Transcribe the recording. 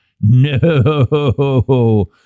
No